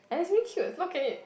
and it's very cute look at it